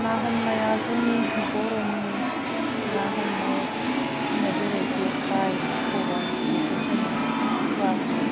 ना हमनायाव जोंनि बर'नि ना हमनाय जोंनिया जेरै जेखाय खबाइ बेखौ जोङो औवाखौ